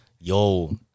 Yo